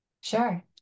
Sure